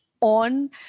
On